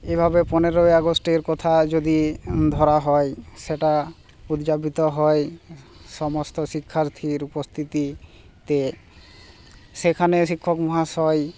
এভাবে পনেরোই আগস্টের কথা যদি ধরা হয় সেটা উদযাপিত হয় সমস্ত শিক্ষার্থীর উপস্থিতিতে সেখানে শিক্ষক মহাশয়